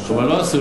אבל לא עשו,